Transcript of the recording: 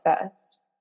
first